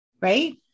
right